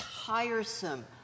tiresome